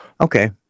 okay